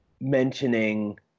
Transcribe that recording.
mentioning